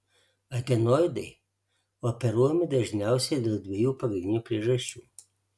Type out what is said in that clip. adenoidai operuojami dažniausiai dėl dviejų pagrindinių priežasčių